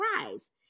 prize